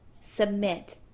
submit